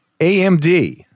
AMD